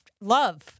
love